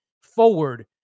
forward